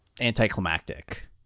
anticlimactic